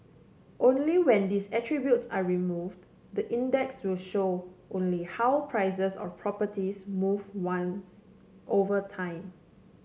only when these attributes are removed the index will show only how prices of properties move once over time